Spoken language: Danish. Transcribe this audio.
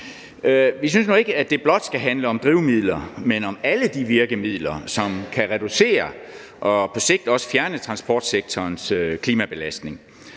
Vi synes nu ikke, at det blot skal handle om drivmidler, men om alle de virkemidler, som kan reducere og på sigt også fjerne transportsektorens klimabelastning.